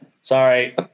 Sorry